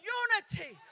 unity